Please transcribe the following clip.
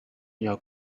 your